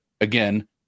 again